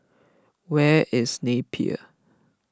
where is Napier